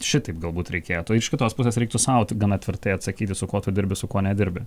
šitaip galbūt reikėtų iš kitos pusės reiktų sau tai gana tvirtai atsakyti su kuo tu dirbi su kuo nedirbi